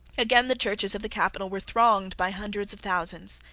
again the churches of the capital were thronged by hundreds of thousands.